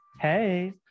Hey